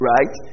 Right